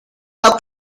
how